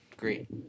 great